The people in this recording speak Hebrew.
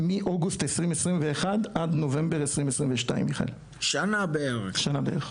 מאוגוסט 2021 עד נובמבר 2022. שנה בערך.